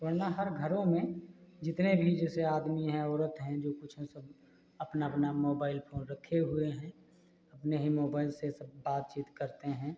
वरना हर घरों में जितने भी जैसे आदमी हैं औरत हैं जो कुछ हैं सब अपना अपना मोबाइल फ़ोन रखे हुए हैं अपने ही मोबाइल से सब बातचीत करते हैं